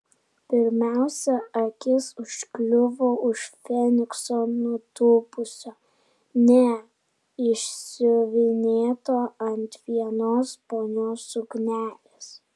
pirmiausia akis užkliuvo už fenikso nutūpusio ne išsiuvinėto ant vienos ponios suknelės